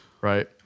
right